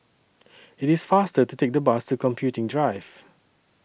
IT IS faster to Take The Bus to Computing Drive